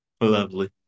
Lovely